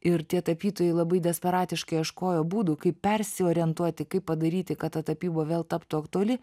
ir tie tapytojai labai desperatiškai ieškojo būdų kaip persiorientuoti kaip padaryti kad ta tapyba vėl taptų aktuali